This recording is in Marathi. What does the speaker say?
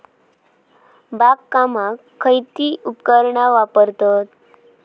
बागकामाक खयची उपकरणा वापरतत?